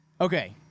okay